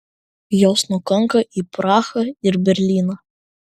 jos nukanka į prahą ir berlyną